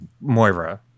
Moira